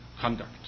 conduct